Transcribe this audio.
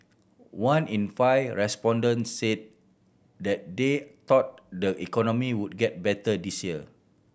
one in five respondents said that they thought the economy would get better this year